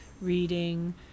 reading